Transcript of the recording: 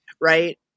Right